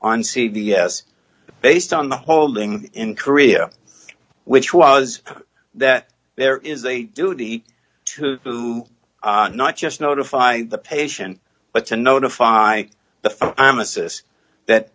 s based on the holding in korea which was that there is a duty to the not just notify the patient but to notify the pharmacist that